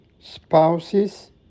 spouses